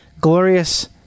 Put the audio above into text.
glorious